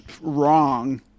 wrong